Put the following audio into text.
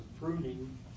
pruning